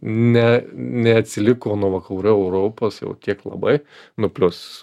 ne neatsiliko nuo vakarų europos jau tiek labai nu plius